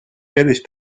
ehrlich